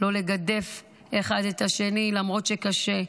לא לגדף אחד את השני למרות שקשה.